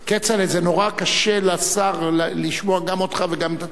כצל'ה, נורא קשה לשר לשמוע גם אותך וגם את עצמו.